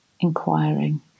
inquiring